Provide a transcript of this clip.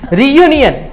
reunion